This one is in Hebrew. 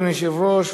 אדוני היושב-ראש,